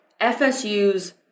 FSU's